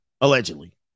allegedly